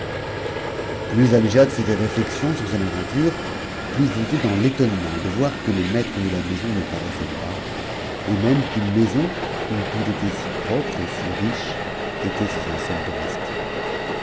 plus amgiad faisait réflexion sur son aventure plus il était dans l'étoil nement de voir que le maître de la maison ne paraissait pas et mup qu'une maison où tout était si propre et si riche était sans un seul domestique